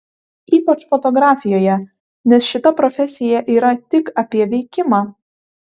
ypač fotografijoje nes šita profesija yra tik apie veikimą